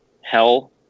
hell